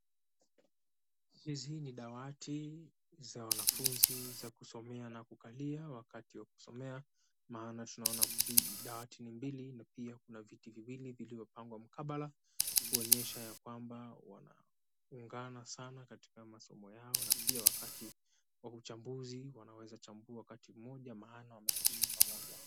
Hizi ni dawati za wanafunzi za kusomea na kukalia wakati wa kusomea, maana tunaona dawati ni mbili na pia kuna viti viwili vilivyopangwa mkabala, kuonyesha ya kwamba wanaungana sana katika masomo yao na pia wakati wa uchambuzi wanaeza chambua wakati mmoja maana wamepitishwa pamoja.